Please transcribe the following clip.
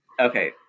Okay